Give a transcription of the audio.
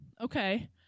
okay